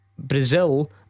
Brazil